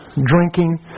drinking